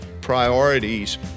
priorities